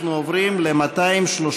אנחנו עוברים ל-235.